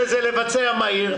המחלה.